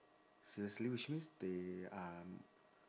seriously which means they are